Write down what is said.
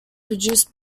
produced